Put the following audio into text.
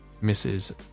misses